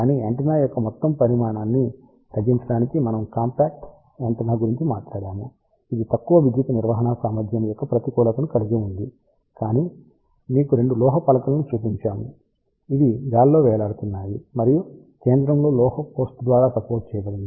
కానీ యాంటెన్నా యొక్క మొత్తం పరిమాణాన్ని తగ్గించడానికి మనము కాంపాక్ట్ యాంటెన్నా గురించి మాట్లాడాము ఇది తక్కువ విద్యుత్ నిర్వహణ సామర్థ్యం యొక్క ప్రతికూలతను కలిగి ఉంది కాని మీకు 2 లోహ పలకలను చూపించాము ఇవి గాలిలో వేలాడుతున్నాయి మరియు కేంద్రంలో లోహ పోస్ట్ ద్వారా సపోర్ట్ ఇవ్వబడింది